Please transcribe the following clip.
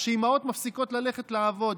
או שאימהות מפסיקות ללכת לעבוד.